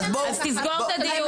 אז תסגור את הדיון.